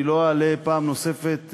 אני לא אעלה פעם נוספת,